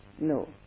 No